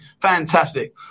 Fantastic